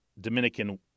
Dominican